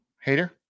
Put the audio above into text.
Hater